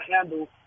handle